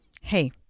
Hey